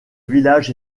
village